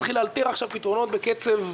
צריך להתחיל לאלתר עכשיו פתרונות בקצב.